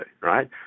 right